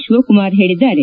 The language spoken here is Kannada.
ಶಿವಕುಮಾರ್ ಹೇಳಿದ್ದಾರೆ